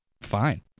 fine